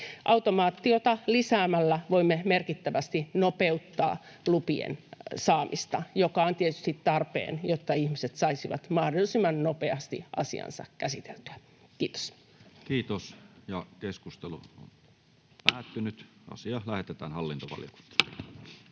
Automaatiota lisäämällä voimme merkittävästi nopeuttaa lupien saamista, mikä on tietysti tarpeen, jotta ihmiset saisivat mahdollisimman nopeasti asiansa käsiteltyä. — Kiitos. Lähetekeskustelua varten esitellään päiväjärjestyksen 8.